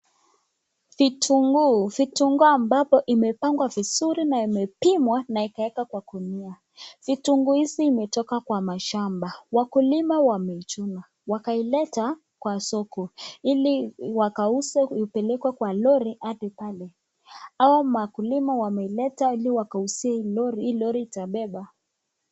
Kitunguu, vitunguu ambapo imepangwa vizuri na imepimwa na ikawekwa kwa gunia, vitunguu hizi imetoka kwa mashamba, wakulima wameichuna wakaileta kwa soko ili wakauze ipelekwe kwa lori hadi pale, hawa wakulima wameileta ili wakauzie hii lori, hii lori itabeba.